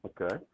Okay